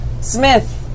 Smith